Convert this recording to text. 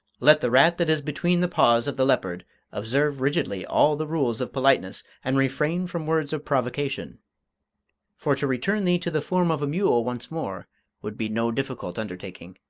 let the rat that is between the paws of the leopard observe rigidly all the rules of politeness and refrain from words of provocation for to return thee to the form of a mule once more would be no difficult undertaking.